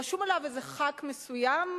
רשום עליו חבר כנסת מסוים,